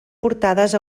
portades